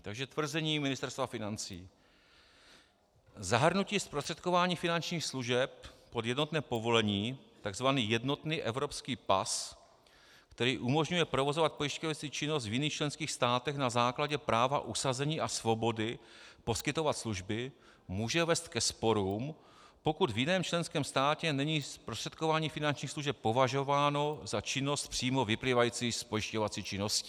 Takže tvrzení Ministerstva financí: Zahrnutí zprostředkování finančních služeb pod jednotné povolení, tzv. jednotný evropský pas, který umožňuje provozovat pojišťovací činnost v jiných členských státech na základě práva usazení a svobody poskytovat služby, může vést ke sporům, pokud v jiném členském státě není zprostředkování finančních služeb považováno za činnost přímo vyplývající z pojišťovací činnosti.